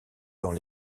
dans